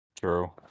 True